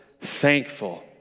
thankful